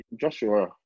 Joshua